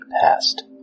past